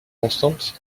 constante